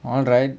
alright